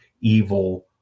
evil